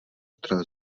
která